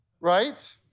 Right